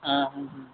ହଁ ହଁ